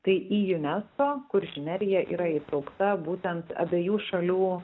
tai į unesco kuršių nerija yra įtraukta būtent abiejų šalių